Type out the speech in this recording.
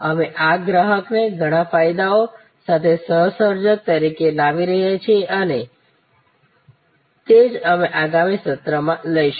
અમે આ ગ્રાહકને ઘણા ફાયદાઓ સાથે સહ સર્જક તરીકે લાવી રહ્યા છીએ અને તે જ અમે આગામી સત્રમાં લઈશું